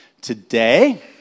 today